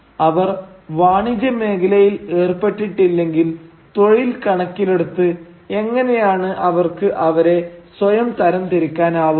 അവർ വാണിജ്യ മേഖലയിൽ ഏർപ്പെട്ടിട്ടില്ലെങ്കിൽ തൊഴിൽ കണക്കിലെടുത്ത് എങ്ങനെയാണ് അവർക്ക് അവരെ സ്വയം തരംതിരിക്കാൻ ആവുക